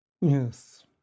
Yes